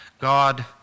God